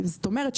זאת אומרת,